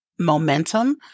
momentum